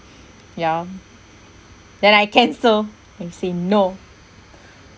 ya then I cancel and say no